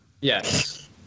Yes